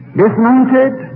dismounted